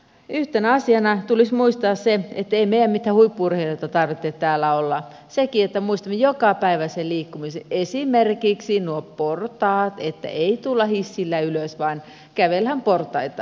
yhtenä asiana tulisi muistaa se että ei meidän mitään huippu urheilijoita tarvitse täällä olla sekin että muistamme jokapäiväisen liikkumisen esimerkiksi nuo portaat että ei tulla hissillä ylös vaan kävellään portaita